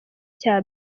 cya